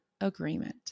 agreement